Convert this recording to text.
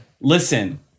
Listen